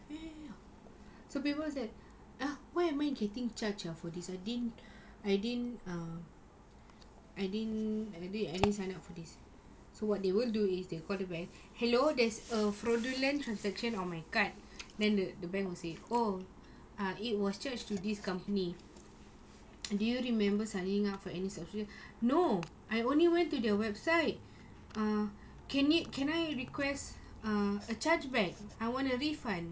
yes yes yes yes so people say why am I getting charged for this I didn't err I didn't I didn't I didn't sign up for this so what they would do is they will call the bank hello there's a fraudulent transaction on my card then the the bank will say oh it was charged to this company do you remember signing up for any sort of no I only went to their website err can it can I request a charge back I want a refund